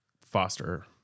foster